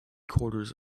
quarters